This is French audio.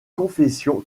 confession